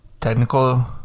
Technical